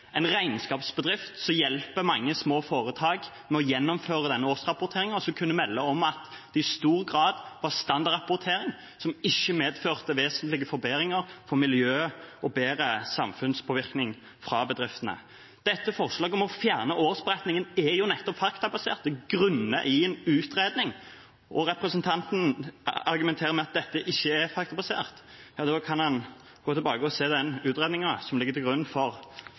en regnskapsbedrift som hjelper mange små foretak med å gjennomføre denne årsrapporteringen, som kunne melde om at det i stor grad var standardrapportering, som ikke medførte vesentlige forbedringer for miljøet og bedre samfunnspåvirkning fra bedriftene. Dette forslaget om å fjerne årsberetningen er nettopp faktabasert, det er grunnet i en utredning. Representanten argumenterer med at dette ikke er faktabasert – da kan han gå tilbake og se på den utredningen som ligger til grunn for